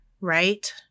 right